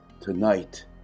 Tonight